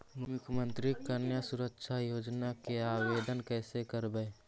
मुख्यमंत्री कन्या सुरक्षा योजना के आवेदन कैसे करबइ?